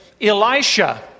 Elisha